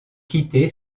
quitté